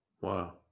Wow